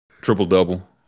Triple-double